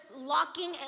locking